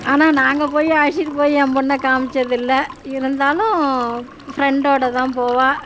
ஆனால் நாங்கள் போய் அழைச்சிட்டு போய் என் பொண்ணை காமித்தது இல்லை இருந்தாலும் ஃப் ஃப்ரெண்டோடு தான் போவாள்